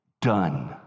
done